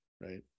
right